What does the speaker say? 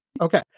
Okay